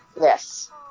Yes